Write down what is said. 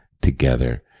together